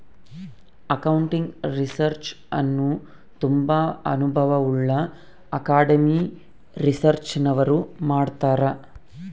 accounting research ಅನ್ನು ತುಂಬಾ ಅನುಭವವುಳ್ಳ ಅಕಾಡೆಮಿಕ್ ರಿಸರ್ಚ್ನವರು ಮಾಡ್ತರ್